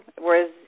whereas